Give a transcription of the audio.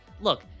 Look